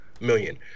million